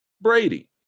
Brady